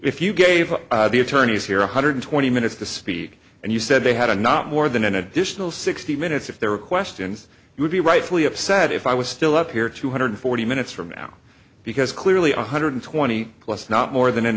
if you gave the attorneys here one hundred twenty minutes to speak and you said they had a not more than an additional sixty minutes if there were questions you would be rightfully upset if i was still up here two hundred forty minutes from now because clearly one hundred twenty plus not more than an